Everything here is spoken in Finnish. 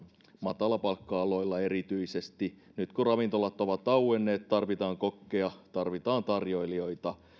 matalapalkka aloilla erityisesti nyt kun ravintolat ovat auenneet tarvitaan kokkeja tarvitaan tarjoilijoita